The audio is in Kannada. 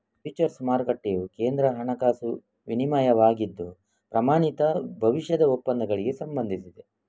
ಫ್ಯೂಚರ್ಸ್ ಮಾರುಕಟ್ಟೆಯು ಕೇಂದ್ರ ಹಣಕಾಸು ವಿನಿಮಯವಾಗಿದ್ದು, ಪ್ರಮಾಣಿತ ಭವಿಷ್ಯದ ಒಪ್ಪಂದಗಳಿಗೆ ಸಂಬಂಧಿಸಿದೆ